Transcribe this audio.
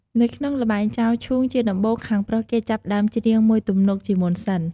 នៅក្នុងល្បែង ចោលឈូង ជាដំបូង ខាងប្រុសគេចាប់ផ្ដើមច្រៀងមួយទំនុកជាមុនសិន។